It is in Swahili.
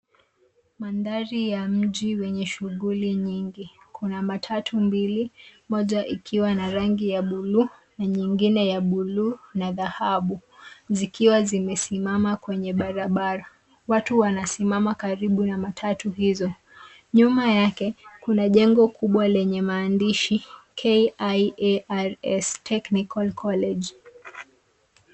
Mandhari ya mji wenye shughuli nyingi. Kuna matatu mbili, moja ikiwa na rangi ya bluu na nyingine ya bluu na dhahabu zikiwa zimesimama kwenye barabara. Watu wanasimama karibu na matatu hizo. Nyuma yake, kuna jengo kubwa lenye maandishi KIARS (cs)technical college(cs).